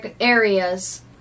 areas